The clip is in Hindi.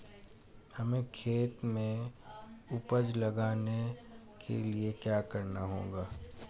हमें खेत में उपज उगाने के लिये क्या करना होगा?